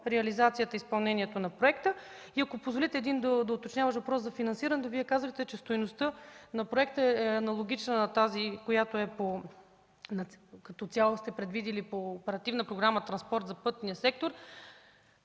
реализацията, изпълнението на проекта. Ако позволите, един доуточняващ въпрос за финансирането. Вие казахте, че стойността на проекта е аналогична на тази, която като цяло сте предвидили по Оперативна програма „Транспорт” за пътния сектор.